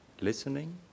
listening